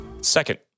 Second